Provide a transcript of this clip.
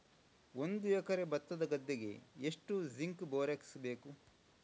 ಒಂದು ಎಕರೆ ಭತ್ತದ ಗದ್ದೆಗೆ ಎಷ್ಟು ಜಿಂಕ್ ಬೋರೆಕ್ಸ್ ಬೇಕು?